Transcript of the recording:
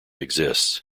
exists